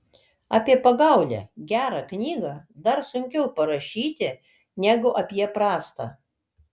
apie pagaulią gerą knygą dar sunkiau parašyti negu apie prastą